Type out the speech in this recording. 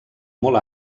molt